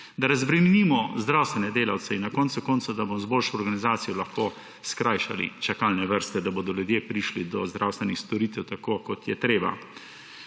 Da razbremenimo zdravstvene delavce in na koncu koncev, da bomo z boljšo organizacijo lahko skrajšali čakalne vrste, da bodo ljudje prišli do zdravstvenih storitev, tako kot je treba.